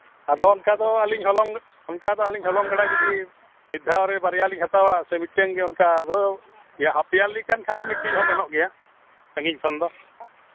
ᱟᱫᱚ ᱚᱱᱠᱟ ᱫᱚ ᱟᱹᱞᱤᱧ ᱦᱚᱞᱚᱝ ᱚᱱᱠᱟ ᱫᱚ ᱟᱹᱞᱤᱧ ᱦᱚᱞᱚᱝ ᱜᱟᱰᱟ ᱡᱩᱫᱤ ᱢᱤᱫ ᱫᱷᱟᱣ ᱨᱮ ᱵᱟᱨᱭᱟ ᱞᱤᱧ ᱦᱟᱛᱟᱣᱟ ᱥᱮ ᱢᱤᱫᱴᱮᱱ ᱜᱮ ᱚᱱᱠᱟ ᱦᱟᱯ ᱤᱭᱟᱨᱞᱤ ᱠᱟᱱ ᱠᱷᱟᱱ ᱫᱚ ᱢᱤᱫᱴᱮᱱ ᱦᱚᱸ ᱜᱟᱱᱚᱜ ᱜᱮᱭᱟ ᱥᱟᱺᱜᱤᱧ ᱠᱷᱚᱱ ᱫᱚ